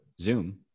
Zoom